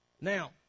Now